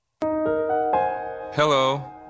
Hello